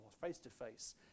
face-to-face